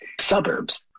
suburbs